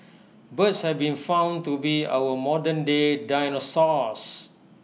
birds have been found to be our modernday dinosaurs